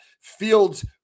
fields